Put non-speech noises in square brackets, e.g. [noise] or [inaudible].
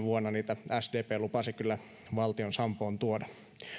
[unintelligible] vuonna niitä sdp lupasi kyllä valtion sampoon tuoda